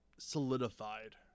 solidified